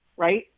Right